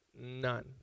none